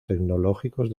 tecnológicos